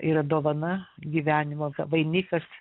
yra dovana gyvenimo vainikas